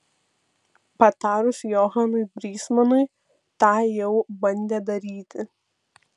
patarus johanui brysmanui tą jau bandė daryti